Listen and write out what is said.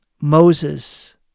Moses